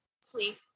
sleep